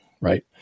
right